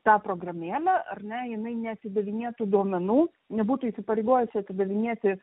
tą programėlę ar ne jinai neatidavinėtų duomenų nebūtų įsipareigojusi atidavinėti